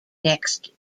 next